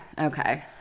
Okay